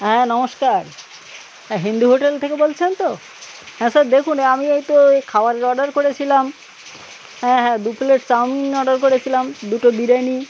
হ্যাঁ নমস্কার হ্যাঁ হিন্দু হোটেল থেকে বলছেন তো হ্যাঁ স্যার দেখুন এ আমি এই তো এই খাবারের অর্ডার করেছিলাম হ্যাঁ হ্যাঁ দু প্লেট চাউমিন অর্ডার করেছিলাম দুটো বিরিয়ানি